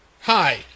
Hi